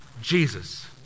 Jesus